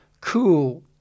Cool